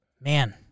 man